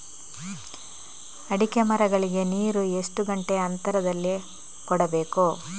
ಅಡಿಕೆ ಮರಗಳಿಗೆ ನೀರು ಎಷ್ಟು ಗಂಟೆಯ ಅಂತರದಲಿ ಕೊಡಬೇಕು?